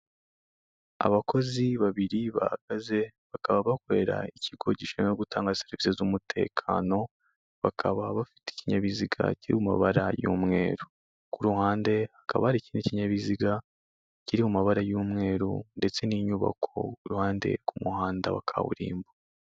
Abakozi babiri bahagaze, bakaba bakorera ikigo gishinzwe gutanga serivisi z'umutekano, bakaba bafite ikinyabiziga kiri mu mabara y'umweru. Ku ruhande hakaba hari ikindi kinyabiziga kiri mu mabara y'umweru ndetse n'inyubako iruhande rw'umuhanda wa kaburimbo.